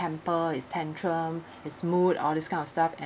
temper his tantrum his mood all this kind of stuff and